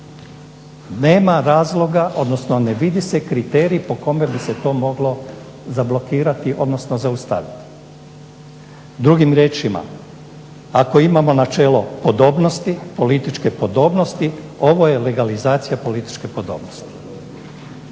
Nema razloga, odnosno ne vidi se kriterij po kome bi se to moglo zablokirati odnosno zaustaviti. Drugim riječima, ako imamo načelo podobnosti, političke podobnosti ovo je legalizacija političke podobnosti